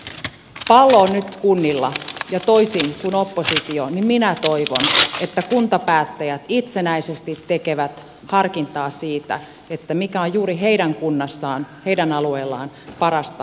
pallo on nyt kunnilla ja toisin kuin oppositio minä toivon että kuntapäättäjät itsenäisesti tekevät harkintaa siitä mikä on juuri heidän kunnassaan heidän alueellaan parasta kuntalaisten puolesta